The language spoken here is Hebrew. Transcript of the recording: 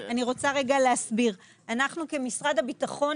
אני רוצה להסביר ולומר שאנחנו כמשרד הביטחון,